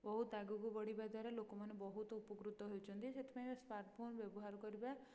ବହୁତ ଆଗକୁ ବଢ଼ିବା ଦ୍ୱାରା ଲୋକମାନେ ବହୁତ ଉପକୃତ ହେଉଛନ୍ତି ସେଥିପାଇଁ ସ୍ମାର୍ଟଫୋନ୍ ବ୍ୟବହାର କରିବା